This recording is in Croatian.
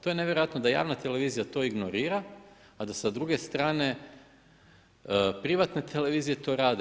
To je nevjerojatno da javna televizija to ignorira, a da sa druge strane privatne televizije to rade.